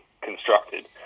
constructed